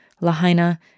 Lahaina